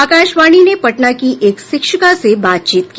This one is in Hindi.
आकाशवाणी ने पटना की एक शिक्षिका से बातचीत की